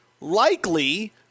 likely